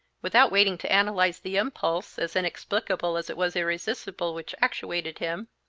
without waiting to analyze the impulse, as inexplicable as it was irresistible, which actuated him,